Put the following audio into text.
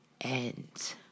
end